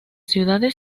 ciudades